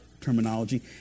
terminology